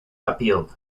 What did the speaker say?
appealed